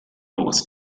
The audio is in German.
los